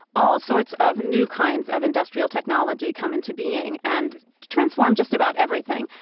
all sorts of new kinds of industrial technology come into being and transform just about everything.